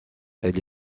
elle